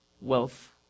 wealth